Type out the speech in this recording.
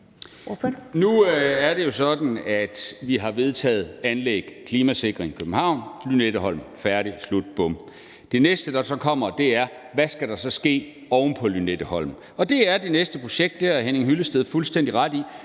Nu er det jo sådan, at vi har vedtaget anlæg af klimasikring i København, Lynetteholm – færdig, slut, bum. Det næste, der så kommer, er: Hvad skal der så ske oven på Lynetteholm? Det er det næste projekt, og det har hr. Henning Hyllested fuldstændig ret i.